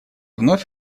вновь